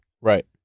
Right